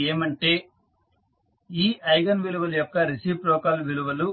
అది ఏమంటే ఈ ఐగన్ విలువల యొక్క రెసిప్రొకల్ విలువలుA